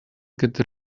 get